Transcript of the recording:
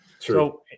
True